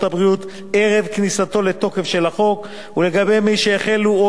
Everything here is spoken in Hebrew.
הבריאות ערב כניסתו לתוקף של החוק ולגבי מי שהחלו או